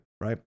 right